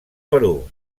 perú